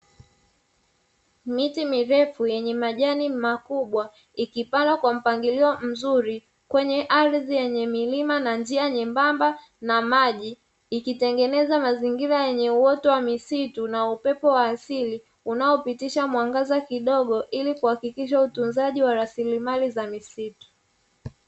Miti mirefu yenye majani makubwa ikipangwa kwa mpangilio mzuri kwenye ardhi yenye milima na njia nyembamba na maji, ikitengeneza mazingira yenye uoto wa misitu na upepo wa asili unao pitisha mwangaza kidogo ili kuhakikisha utunzaji wa rasilimali za misitu .